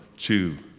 two,